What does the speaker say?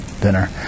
dinner